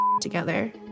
together